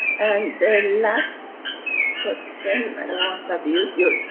and the last question, i don't want to abuse your time,